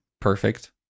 perfect